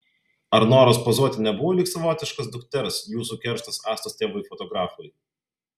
ar noras pozuoti nebuvo lyg savotiškas dukters jūsų kerštas astos tėvui fotografui